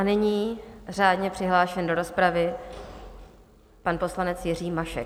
Nyní je řádně přihlášen do rozpravy pan poslanec Jiří Mašek.